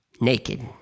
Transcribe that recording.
Naked